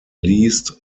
least